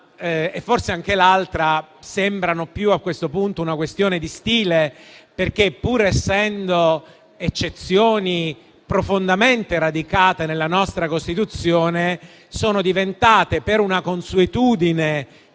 forse anche l'altra sembrano, a questo punto, più questioni di stile. Essendo eccezioni profondamente radicate nella nostra Costituzione, sono diventate una consuetudine,